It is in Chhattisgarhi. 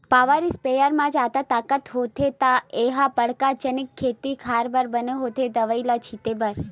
पॉवर इस्पेयर म जादा ताकत होथे त ए ह बड़का जनिक खेते खार बर बने होथे दवई ल छिते बर